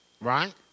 right